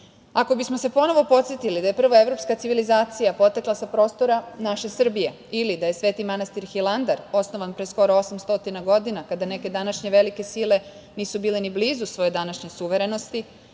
bismo se ponovo podsetili da je prva evropska civilizacija potekla sa prostora naše Srbije ili da ili da je sveti manastir Hilandar osnovan pre skoro 800 godina kada neke današnje velike sile nisu bile ni blizu svoje današnje suverenosti,